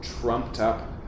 trumped-up